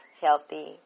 healthy